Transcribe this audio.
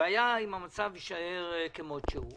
והיה אם המצב יישאר כמו שהוא,